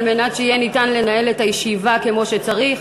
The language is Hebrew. כדי שיהיה אפשר לנהל את הישיבה כמו שצריך.